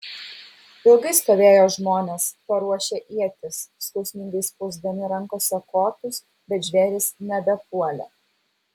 ilgai stovėjo žmonės paruošę ietis skausmingai spausdami rankose kotus bet žvėrys nebepuolė